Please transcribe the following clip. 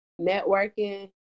networking